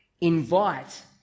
invite